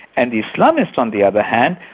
and the islamists on the other hand,